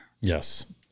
Yes